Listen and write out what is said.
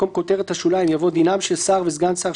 הפסקת חברות בכנסת של חבר הכנסת המכהן כשר או כסגן שר)